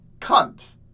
cunt